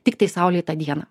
tiktai saulėtą dieną